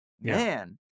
Man